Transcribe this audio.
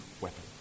weapon